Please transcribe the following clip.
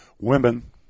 women